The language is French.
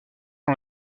ont